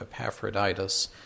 Epaphroditus